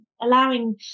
allowing